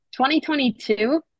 2022